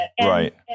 Right